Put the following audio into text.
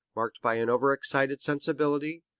marked by an overexcited sensibility,